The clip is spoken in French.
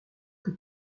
que